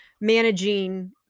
managing